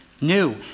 new